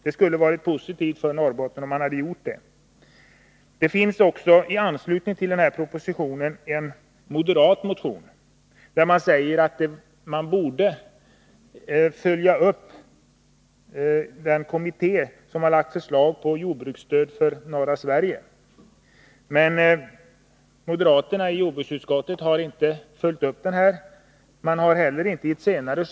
Det hade varit någonting positivt för Norrbotten, om man hade gjort detta. I anslutning till propositionen finns det en moderat motion, där det framhålls att man borde besluta om en ändring av jordbruksstödet till norra Sverige i enlighet med den parlamentariska kommitténs förslag.